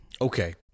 Okay